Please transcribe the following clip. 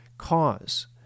cause